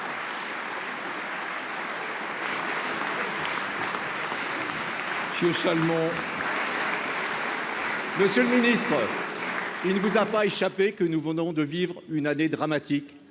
modèle agricole. Il ne vous a pas échappé que nous venons de vivre une année dramatique